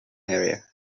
area